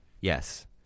Yes